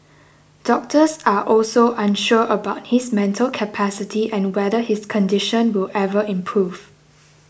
doctors are also unsure about his mental capacity and whether his condition will ever improve